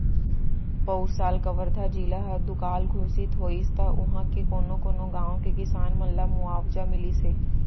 पउर साल कवर्धा जिला ह दुकाल घोसित होइस त उहॉं के कोनो कोनो गॉंव के किसान मन ल मुवावजा मिलिस हे